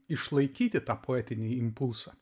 išlaikyti tą poetinį impulsą